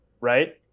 right